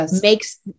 makes